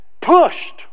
Pushed